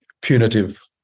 punitive